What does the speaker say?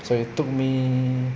so it took me